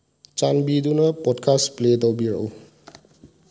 ꯆꯥꯟꯕꯤꯗꯨꯅ ꯄꯣꯠꯀꯥꯁ ꯄ꯭ꯂꯦ ꯇꯧꯕꯤꯔꯛꯎ